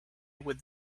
would